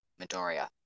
Midoriya